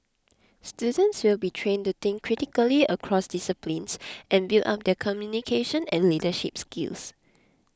students will be trained to think critically across disciplines and build up their communication and leadership skills